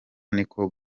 niko